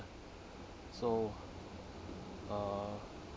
so uh